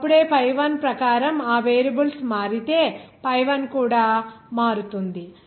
అప్పుడే pi 1 ప్రకారం ఆ వేరియబుల్స్ మారితే pi 1 కూడా అదే మారుతుంది